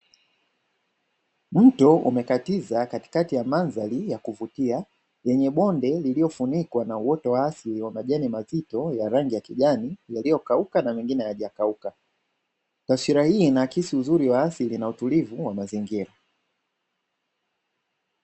Mto umekatiza katikati ya mandhari ya kuvutia yenye bonde lililofunikwa na uoto wa asili wa majani mazito ya rangi ya kijani yaliyokauka na mengine hayajakauka. Taswira hii inaakisi uzuri wa asili na utulivu wa mazingira.